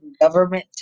government